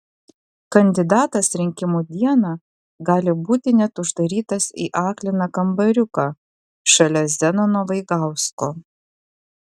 kandidatas rinkimų dieną gali būti net uždarytas į akliną kambariuką šalia zenono vaigausko